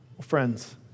Friends